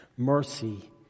Mercy